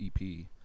ep